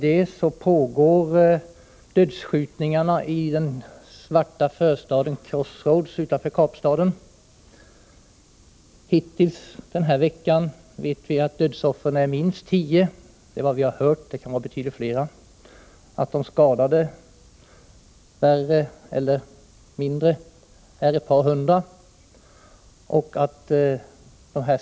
Samtidigt pågår dödsskjutningar i den svarta förstaden Crossroads utanför Kapstaden. Hittills den här veckan är dödsoffren minst tio till antalet. Det är vad vi har hört. Det kan vara betydligt flera. Antalet skadade är ett par hundra.